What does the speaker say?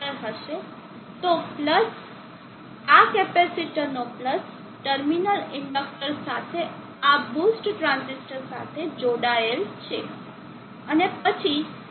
તો પ્લસ આ કેપેસિટરનો પ્લસ ટર્મિનલ ઇન્ડક્ટર સાથે આ બૂસ્ટ ટ્રાંઝિસ્ટર સાથે જોડાયેલ છે